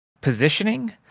positioning